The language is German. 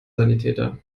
sanitäter